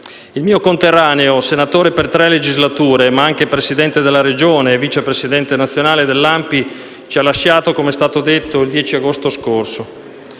Il mio conterraneo, senatore per tre legislature, ma anche Presidente della Regione e vice presidente nazionale dell'ANPI, ci ha lasciato, com'è stato detto, il 10 agosto scorso.